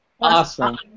Awesome